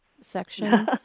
section